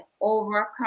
overcome